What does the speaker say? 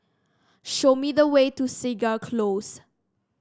show me the way to Segar Close